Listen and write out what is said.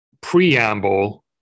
preamble